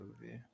movie